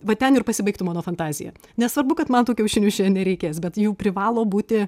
va ten ir pasibaigtų mano fantazija nesvarbu kad man tų kiaušinių šiandien nereikės bet jų privalo būti